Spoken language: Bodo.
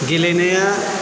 गेलेनाया